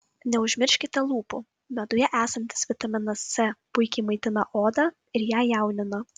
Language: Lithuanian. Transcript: neužmirškite lūpų meduje esantis vitaminas c puikiai maitina odą ir ją jaunina